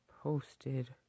posted